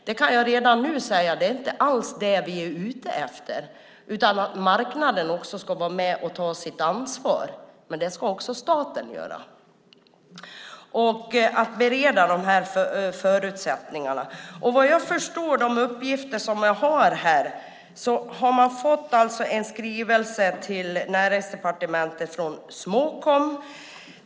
Jag kan redan nu säga att vi inte alls är ute efter det, utan marknaden ska också vara med och ta sitt ansvar, och det ska också staten göra, för att bereda de här förutsättningarna. Vad jag förstår av de uppgifter som jag har här har man på Näringsdepartementet fått en skrivelse från Småkom.